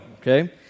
okay